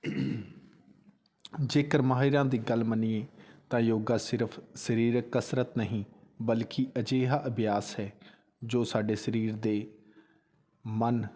ਜੇਕਰ ਮਾਹਿਰਾਂ ਦੀ ਗੱਲ ਮੰਨੀਏ ਤਾਂ ਯੋਗਾ ਸਿਰਫ਼ ਸਰੀਰਕ ਕਸਰਤ ਨਹੀਂ ਬਲਕਿ ਅਜਿਹਾ ਅਭਿਆਸ ਹੈ ਜੋ ਸਾਡੇ ਸਰੀਰ ਦੇ ਮਨ